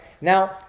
Now